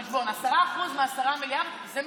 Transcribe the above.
חשבון: 10% מ-10 מיליארד זה מיליארד.